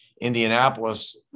Indianapolis